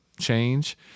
change